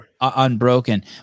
unbroken